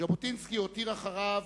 ז'בוטינסקי הותיר אחריו